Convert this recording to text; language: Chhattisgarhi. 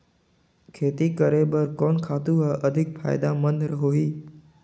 खेती करे बर कोन खातु हर अधिक फायदामंद होही?